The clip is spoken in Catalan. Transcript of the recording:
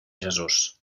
jesús